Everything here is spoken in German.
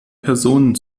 personen